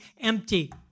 empty